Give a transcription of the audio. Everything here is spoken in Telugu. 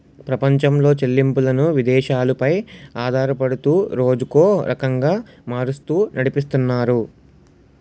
ప్రపంచంలో చెల్లింపులను విదేశాలు పై ఆధారపడుతూ రోజుకో రకంగా మారుస్తూ నడిపితున్నారు